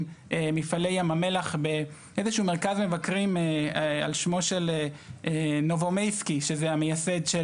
מפעלי ים המלח באיזשהו מרכז מבקרים על שמו של נובומייסקי שזה המייסד,